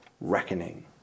reckoning